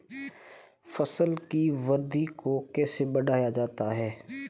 फसल की वृद्धि को कैसे बढ़ाया जाता हैं?